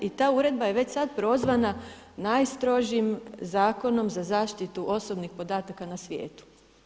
I ta uredba je već sad prozvana najstrožim zakonom za zaštitu osobnih podataka na svijetu.